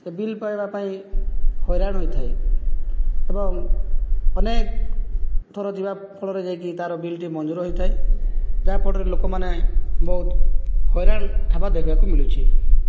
ସେ ବିଲ୍ ପାଇବା ପାଇଁ ହଇରାଣ ହୋଇଥାଏ ଏବଂ ଅନେକ ଥର ଯିବା ଫଳରେ ଯାଇକି ତାର ବିଲ୍ଟି ମଞ୍ଜୁର ହୋଇଥାଏ ଯାହା ଫଳରେ ଲୋକମାନେ ବହୁତ ହଇରାଣ ହେବା ଦେଖିବାକୁ ମିଳୁଛି